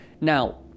Now